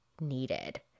needed